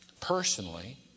personally